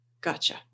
Gotcha